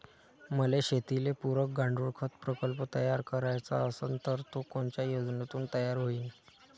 मले शेतीले पुरक गांडूळखत प्रकल्प तयार करायचा असन तर तो कोनच्या योजनेतून तयार होईन?